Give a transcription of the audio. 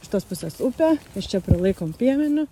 iš tos pusės upė iš čia prilaikom priemeniu